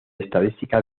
estadística